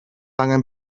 angen